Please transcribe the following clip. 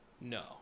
no